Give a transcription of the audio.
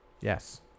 Yes